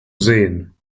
sehen